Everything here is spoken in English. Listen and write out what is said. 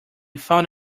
found